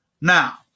Now